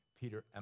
Peter